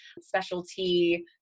specialty